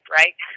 right